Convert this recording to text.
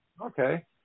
Okay